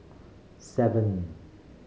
seven